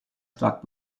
stark